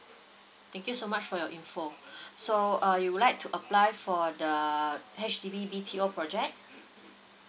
thank you so much for your I_N_F_O so uh you would like to apply for the H_D_B B_T_O project